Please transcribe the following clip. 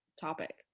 topic